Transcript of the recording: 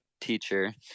teacher